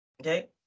Okay